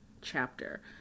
chapter